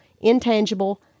intangible